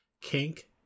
kink